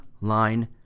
line